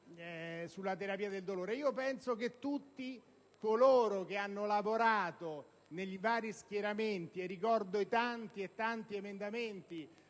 sulla terapia del dolore e ricordo tutti coloro che hanno lavorato nei vari schieramenti, così come i tanti e tanti emendamenti